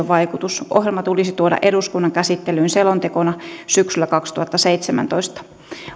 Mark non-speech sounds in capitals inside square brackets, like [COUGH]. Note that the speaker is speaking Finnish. [UNINTELLIGIBLE] vaikutus ohjelma tulee tuoda eduskunnan käsittelyyn selontekona syksyllä kaksituhattaseitsemäntoista